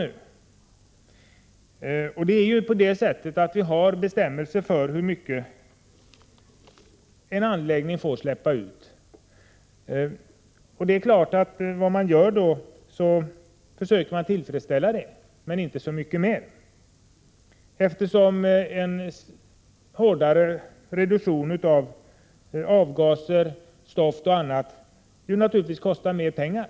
Vi har ju bestämmelser för hur mycket förorenande ämnen som en anläggning får släppa ut. Vad de företag som släpper ut dessa förorenande ämnen då gör är att försöka rätta sig efter dessa bestämmelser men inte så mycket mer, eftersom en hårdare reducering av utsläppen av avgaser, stoft och annat naturligtvis kostar mer pengar.